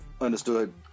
understood